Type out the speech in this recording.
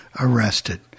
arrested